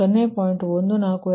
142 Pg2